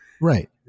Right